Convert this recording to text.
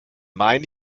meine